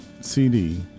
CD